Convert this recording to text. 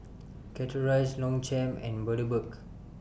Chateraise Longchamp and Bundaberg